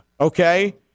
okay